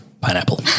pineapple